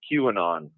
QAnon